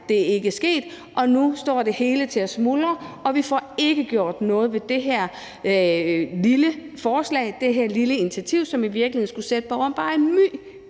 Det er ikke sket, og nu står det hele til at smuldre, og vi får ikke gjort noget ved det her lille forslag, det her lille initiativ, som i virkeligheden skulle stille borgeren bare en my